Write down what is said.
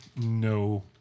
no